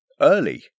early